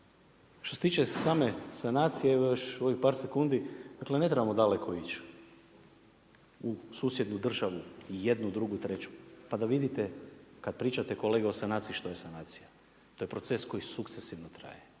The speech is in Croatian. Što se tiče same sanacije evo još u ovih par sekundi, dakle ne trebamo daleko ići u susjednu državu i jednu, drugu i treću, pa da vidite kad pričate kolega o sanaciji što je sanacija. To je proces koji sukcesivno traje,